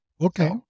Okay